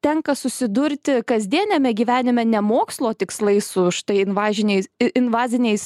tenka susidurti kasdieniame gyvenime ne mokslo tikslais su štai invažiniais i invaziniais